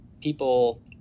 people